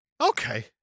Okay